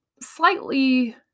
slightly